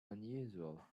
unusual